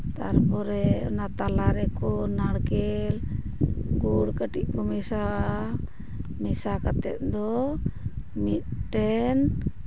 ᱛᱟᱨᱯᱚᱨᱮ ᱚᱱᱟ ᱛᱟᱞᱟ ᱨᱮᱠᱚ ᱱᱟᱲᱠᱮᱞ ᱜᱩᱲ ᱠᱟᱹᱴᱤᱡ ᱠᱚ ᱢᱮᱥᱟᱣᱟᱜᱼᱟ ᱢᱮᱥᱟ ᱠᱟᱛᱮᱫ ᱫᱚ ᱢᱤᱫᱴᱮᱱ